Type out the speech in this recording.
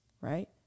Right